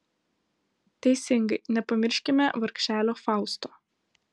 teisingai nepamirškime vargšelio fausto